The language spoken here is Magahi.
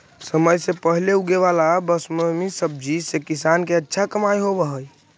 समय से पहले उगे वाला बेमौसमी सब्जि से किसान के अच्छा कमाई होवऽ हइ